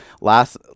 last